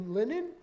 linen